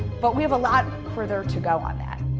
but we have a lot further to go on that.